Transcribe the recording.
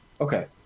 Okay